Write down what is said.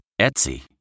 Etsy